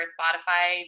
Spotify